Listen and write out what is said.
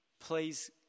Please